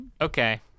Okay